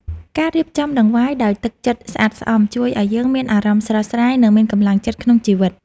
ការរៀបចំដង្វាយដោយទឹកចិត្តស្អាតស្អំជួយឱ្យយើងមានអារម្មណ៍ស្រស់ស្រាយ និងមានកម្លាំងចិត្តក្នុងជីវិត។